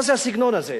מה זה הסגנון הזה?